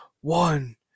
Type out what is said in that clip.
One